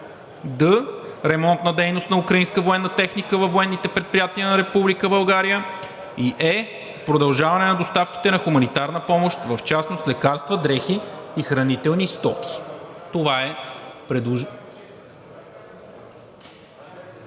д) ремонтна дейност на украинска военна техника във военните предприятия на Република България; е) продължаване на доставките на хуманитарна помощ в частност лекарства, дрехи и хранителни стоки.“ Това е предложението.